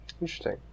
Interesting